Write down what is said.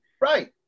right